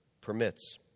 permits